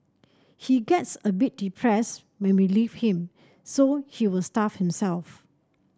he gets a bit depressed when we leave him so he will starve himself